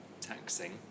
taxing